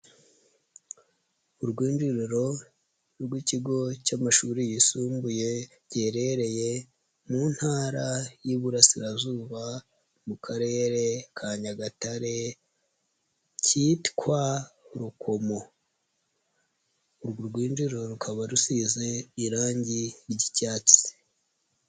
Urwinjiriro rw'Ikigo cy'amashuri yisumbuye giherereye mu Ntara y'Iburasirazuba mu Karere ka Nyagatare kitwa Rukomo, uru rwinjiriro rukaba rusize irange ry'icyatsi.